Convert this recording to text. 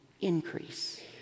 increase